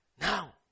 now